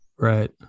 Right